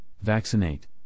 vaccinate